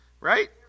Right